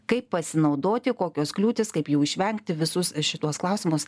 kaip pasinaudoti kokios kliūtys kaip jų išvengti visus šituos klausimus